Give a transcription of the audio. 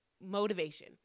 motivation